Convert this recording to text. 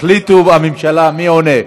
תחליטו בממשלה מי עונה.